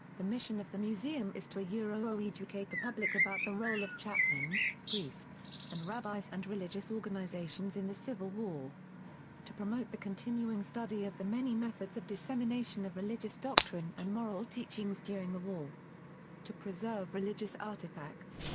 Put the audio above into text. the mission of the museum is to yeah ah educate the public about the role of chaplains, priests, and rabbis and religious organizations in the civil war to promote the continuing study of the many methods of dissemination of religious doctrine and moral teachings during the war to preserve religious artifacts,